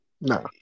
No